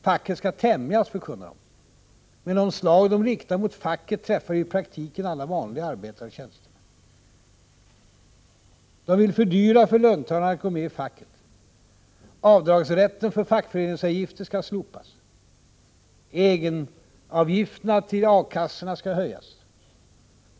Facket skall ”tämjas”, förkunnar de. Men de slag de riktar mot facket träffar ju i praktiken alla vanliga arbetare och tjänstemän. Moderaterna vill fördyra för löntagarna att gå med i facket. Rätten till avdrag för fackföreningsavgifter skall slopas; egenavgifterna till A-kassorna skall höjas.